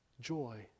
joy